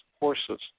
Horses